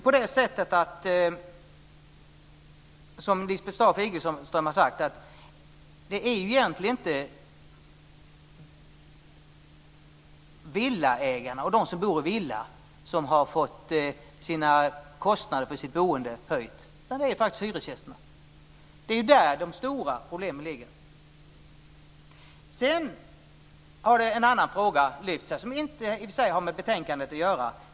Lisbeth Staaf-Igelström har sagt att det egentligen inte är villaägare, de som bor i villa, som fått kostnaderna för sitt boende höjda, utan det är hyresgästerna som har fått det. Det är där de stora problemen ligger. En annan fråga har lyfts här som i och för sig inte har med betänkandet att göra.